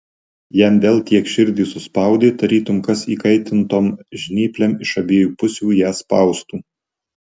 jam vėl tiek širdį suspaudė tarytum kas įkaitintom žnyplėm iš abiejų pusių ją spaustų